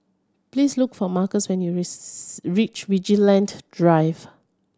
please look for Marques when you reach Vigilante Drive